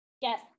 Yes